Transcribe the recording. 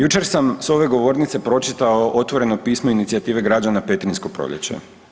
Jučer sam s ove govornice pročitao otvoreno pismo inicijative građana Petrinjsko proljeće.